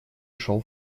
ушел